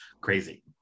crazy